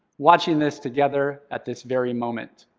watching this together at this very moment.